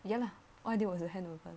ya lah one day 我就 handover